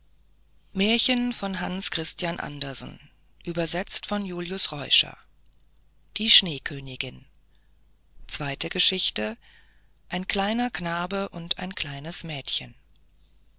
wir's hören zweite geschichte ein kleiner knabe und ein kleines mädchen